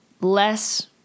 Less